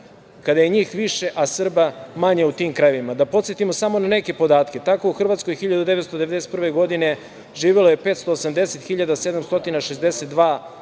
kada je njih više a Srba manje u tim krajevima. Da podsetim samo na neke podatke. Tako u Hrvatskoj 1991. godine živelo je 580.762 Srbina,